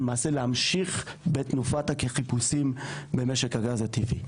למעשה להמשיך בתנופת החיפושים במשק הגז הטבעי.